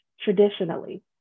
traditionally